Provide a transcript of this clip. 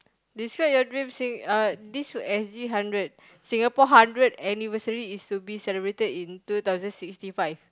describe you dreams sing~ uh this for S_G-hundred Singapore hundred anniversary is to be celebrated in two thousand sixty five